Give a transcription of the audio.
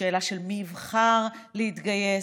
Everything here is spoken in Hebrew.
בשאלה מי יבחר להתגייס,